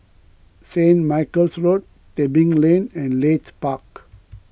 Saint Michael's Road Tebing Lane and Leith Park